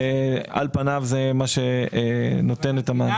על פניו זה מה שנותן את המענה.